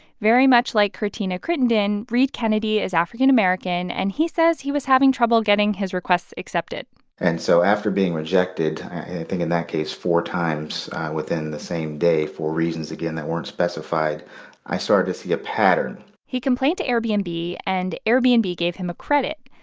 very much like quirtina crittenden, reid kennedy is african-american and he says he was having trouble getting his requests accepted and so after being rejected i think in that case four times within the same day for reasons, again, that weren't specified i started to see a pattern he complained to airbnb, and airbnb gave him a credit.